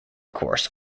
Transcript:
course